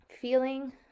feeling